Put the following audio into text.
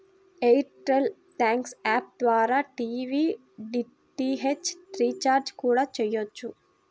air tell thanks app ద్వారా TV DTH recharge కూడా చెయ్యొచ్చు